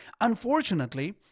Unfortunately